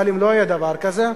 אבל אם לא יהיה דבר כזה,